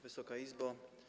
Wysoka Izbo!